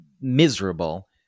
miserable